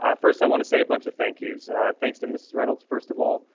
um first, i want to say a bunch of thank yous thanks to mrs. reynolds. first of all,